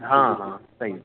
हाँ हाँ सही है